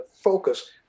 focus